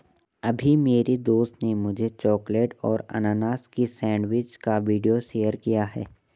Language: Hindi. अभी मेरी दोस्त ने मुझे चॉकलेट और अनानास की सेंडविच का वीडियो शेयर किया है